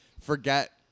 forget